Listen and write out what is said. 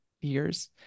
years